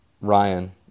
Ryan